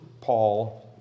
Paul